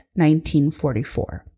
1944